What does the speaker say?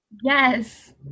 Yes